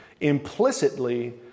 implicitly